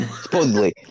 Supposedly